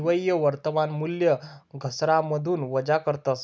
निव्वय वर्तमान मूल्य घसारामाथून वजा करतस